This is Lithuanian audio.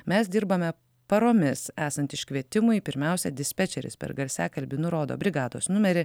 mes dirbame paromis esant iškvietimui pirmiausia dispečeris per garsiakalbį nurodo brigados numerį